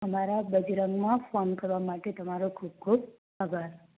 અમારા બજરંગ માં ફોન કરવા માટે તમારો ખૂબ ખૂબ આભાર